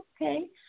okay